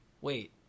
Wait